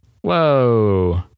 whoa